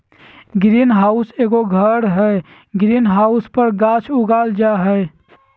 green house एगो घर हइ, ग्रीन हाउस पर गाछ उगाल जा हइ